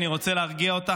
אני רוצה להרגיע אותך,